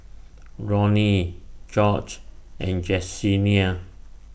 Ronny George and Jessenia